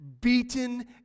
beaten